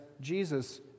Jesus